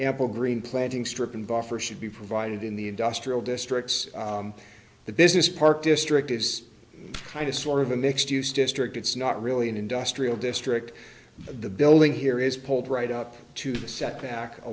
ample green planting strip and buffer should be provided in the industrial districts the business park district is kind of sort of a mixed use district it's not really an industrial district the building here is pulled right up to the setback a